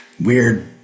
weird